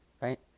right